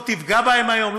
לא תפגע בהן היום,